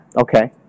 okay